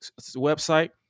website